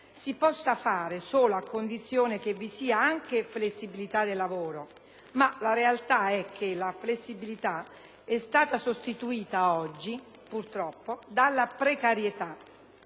si possa fare solo a condizione che vi sia anche flessibilità del lavoro, ma la realtà è che la flessibilità è stata sostituita oggi, purtroppo, dalla precarietà.